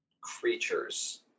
creatures